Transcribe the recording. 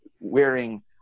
wearing